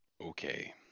okay